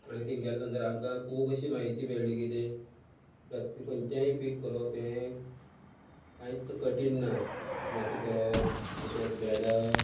आनी तिंग गेले नंतर आमकां खूब अशी म्हायती मेळ्ळी कितें प्रत्ये खंयच्याय पीक करोप हे कांयच कठीण ना मोको करोप तशेंत भेंडो